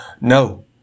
No